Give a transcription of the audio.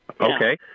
okay